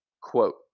Quote